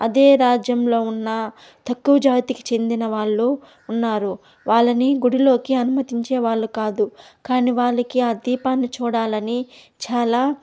అదే రాజ్యంలో ఉన్న తక్కువ జాతికి చెందిన వాళ్ళు ఉన్నారు వాళ్ళని గుడిలోకి అనుమతించే వాళ్ళు కాదు కానీ వాళ్ళకి ఆ ద్వీ పాన్ని చూడాలని చాలా